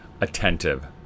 attentive